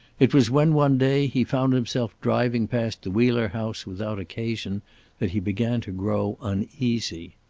it was when, one day, he found himself driving past the wheeler house without occasion that he began to grow uneasy.